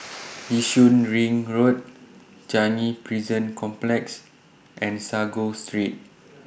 Yishun Ring Road Changi Prison Complex and Sago Street